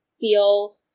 feel